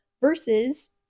versus